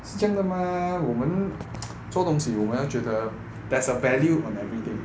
是这样的 mah 我们 做东西我们要觉得 there's a value in everything